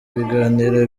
biganiro